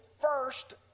first